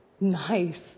nice